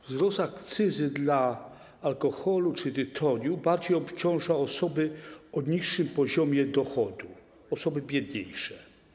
Wzrost akcyzy na alkohol czy tytoń bardziej obciąża osoby o niższym poziomie dochodu, osoby biedniejsze.